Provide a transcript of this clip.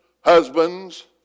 husbands